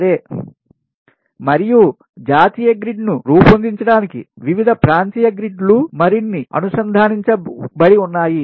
సరే మరియు జాతీయ గ్రిడ్ను రూపొందించడానికి వివిధ ప్రాంతీయ గ్రిడ్లు మరిన్ని అనుసంధానించబడి ఉన్నాయి